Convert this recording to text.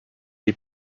les